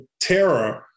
terror